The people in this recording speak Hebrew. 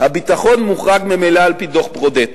הביטחון מוחרג ממילא על-פי דוח-ברודט